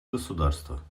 государства